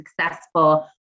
successful